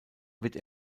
wird